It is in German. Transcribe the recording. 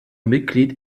mitglied